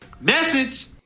Message